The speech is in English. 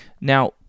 Now